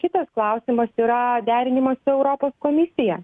kitas klausimas yra derinimas europos komisija